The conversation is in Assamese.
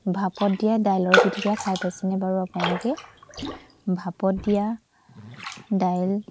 ভাপত দিয়া দাইলৰ পিটিকা খাই পাইছেনে বাৰু আপোনালোকে ভাপত দিয়া দাইল